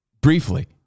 briefly